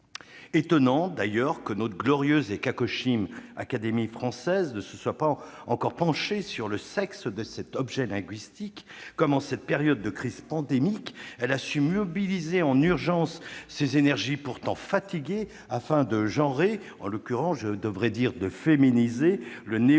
étonnant que notre glorieuse et cacochyme Académie française ne se soit pas encore penchée sur le sexe de cet objet linguistique, après avoir su, en cette période de crise pandémique, mobiliser en urgence ses énergies pourtant fatiguées pour genrer- en l'occurrence, je devrais dire : féminiser -le néo-acronyme